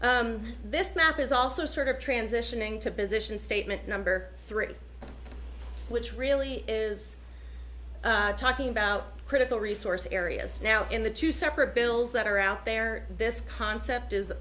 know this map is also sort of transitioning to position statement number three which really is talking about critical resource areas now in the two separate bills that are out there this concept is